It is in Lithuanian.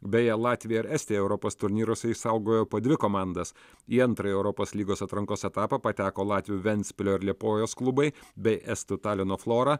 beje latvija ir estija europos turnyruose išsaugojo po dvi komandas į antrąjį europos lygos atrankos etapą pateko latvių ventspilio ir liepojos klubai bei estų talino flora